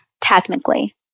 technically